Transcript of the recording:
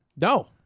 No